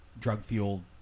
drug-fueled